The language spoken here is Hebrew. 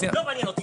לא מעניין אותי.